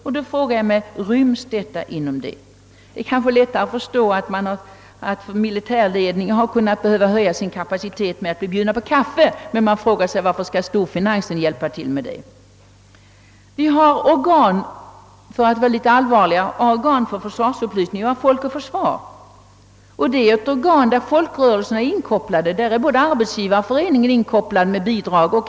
Och då frågar jag mig: Ryms detta inom fondens ram? Det kanske är lättare att förstå att militärledningen har behövt höja sin kapacitet genom att låta sig bli bjudna på kaffe. Man frågar sig emellertid varför storfinansen skall hjälpa till med detta. Vi har organ — för att nu vara allvarliga — för försvarsupplysning, vi har Folk och Försvar. Det är ett organ, där folkrörelserna är inkopplade. Till detta lämnar både Arbetsgivareföreningen och LO bidrag.